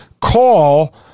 call